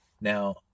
Now